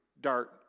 dart